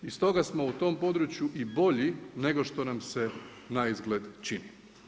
I stoga smo u tom području i bolji, nego što na se naizgled čini.